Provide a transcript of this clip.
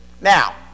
Now